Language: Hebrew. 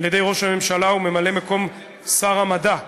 על-ידי ראש הממשלה וממלא-מקום שר המדע,